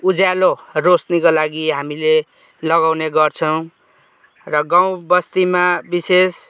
उज्यालो रोशनीको लागि हामीले लगाउने गर्छौँ र गाउँ बस्तीमा विशेष